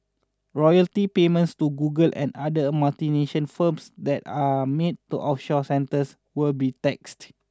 royalty payments to Google and other multinational firms that are made to offshore centres will be taxed